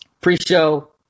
pre-show